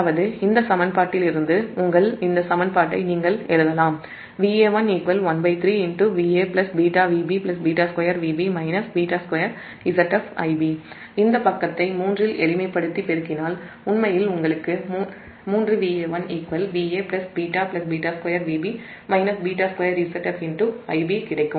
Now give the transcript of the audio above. அதாவது இந்த சமன்பாட்டிலிருந்து உங்கள் இந்த சமன்பாட்டை நீங்கள் எழுதலாம் இந்த பக்கத்தை 3 ஆல் எளிமைப்படுத்தி பெருக்கினால் உண்மையில் உங்களுக்கு 3Va1 Va β β2Vb β2ZfIbகிடைக்கும்